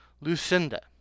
Lucinda